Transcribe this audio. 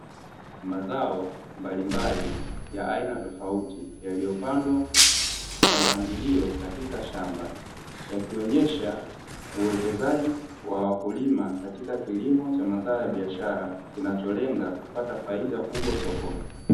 Mazao mbalimbali ya aina tofauti yaliyopandwa kwa mpangilio katika shamba, yakionyesha uwekezaji wa wakulima katika kilimo cha mazao ya biashara kinacholenga kupata faida kubwa sokoni.